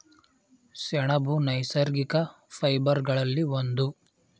ಸೆಣಬು ನೈಸರ್ಗಿಕ ಫೈಬರ್ ಗಳಲ್ಲಿ ಒಂದು